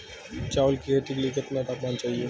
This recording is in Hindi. चावल की खेती के लिए कितना तापमान चाहिए?